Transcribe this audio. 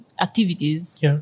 activities